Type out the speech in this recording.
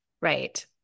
Right